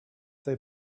they